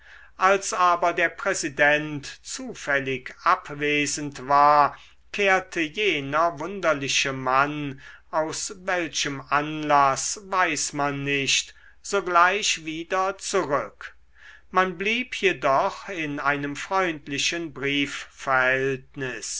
als aber der präsident zufällig abwesend war kehrte jener wunderliche mann aus welchem anlaß weiß man nicht sogleich wieder zurück man blieb jedoch in einem freundlichen briefverhältnis